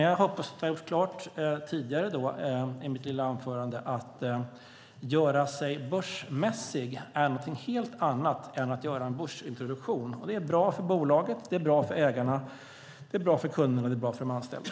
Jag hoppas att jag har gjort klart tidigare i mitt anförande att det att göra sig börsmässig är någonting helt annat än att göra en börsintroduktion. Det är bra för bolaget, det är bra för ägarna, det är bra för kunderna och det är bra för de anställda.